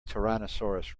tyrannosaurus